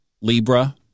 Libra